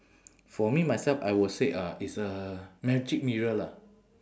for me myself I will say uh it's a magic mirror lah